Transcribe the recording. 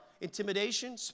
Intimidation